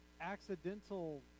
accidental